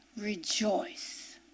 Rejoice